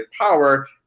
power